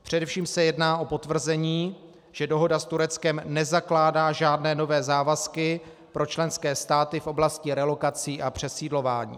Především se jedná o potvrzení, že dohoda s Tureckem nezakládá žádné nové závazky pro členské státy v oblasti relokací a přesídlování.